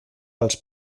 els